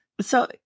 So-